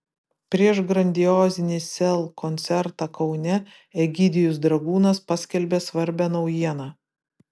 prieš grandiozinį sel koncertą kaune egidijus dragūnas paskelbė svarbią naujieną